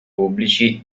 pubblici